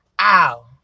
Ow